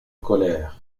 colère